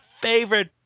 favorite